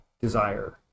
desire